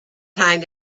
time